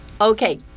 Okay